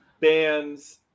bands